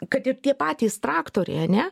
kad ir tie patys traktoriai ane